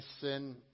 sin